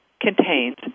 contains